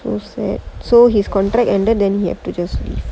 so sad so his contract ended than he have to just leave